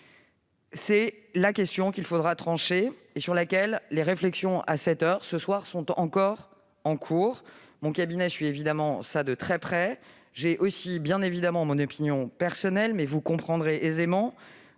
C'est la question qu'il faudra trancher et sur laquelle les réflexions, à cette heure, sont encore en cours. Mon cabinet suit évidemment cela de très près. J'ai aussi, bien évidemment, mon opinion personnelle, mais vous comprendrez aisément,